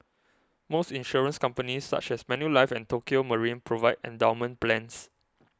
most insurance companies such as Manulife and Tokio Marine provide endowment plans